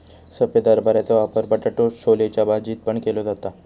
सफेद हरभऱ्याचो वापर बटाटो छोलेच्या भाजीत पण केलो जाता